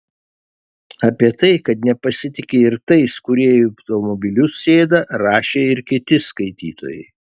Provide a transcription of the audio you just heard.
apie tai kad nepasitiki ir tais kurie į automobilius sėda rašė ir kiti skaitytojai